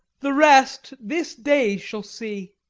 the rest this day shall see.